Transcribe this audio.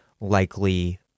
likely